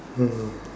ah